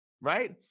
right